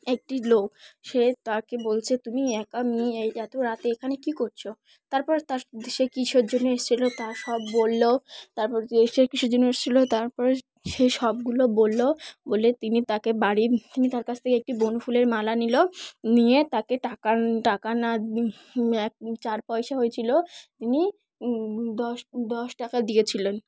একটি লোক সে তাকে বলছে তুমি একা মেয়ে এই এত রাতে এখানে কী করছো তারপর তার সে কিসের জন্য এসেছিলো তা সব বললো তারপর যে সে কিসের জন্য এসেছিলো তারপর সেই সবগুলো বললো বলে তিনি তাকে বাড়ি তিনি তার কাছ থেকে একটি বনফুলের মালা নিল নিয়ে তাকে টাকা টাকা না এক চার পয়সা হয়েছিল তিনি দশ দশ টাকা দিয়েছিলেন